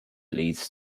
leads